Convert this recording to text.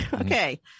Okay